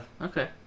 Okay